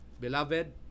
beloved